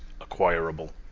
acquirable